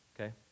Okay